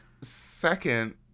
Second